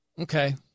Okay